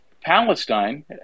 Palestine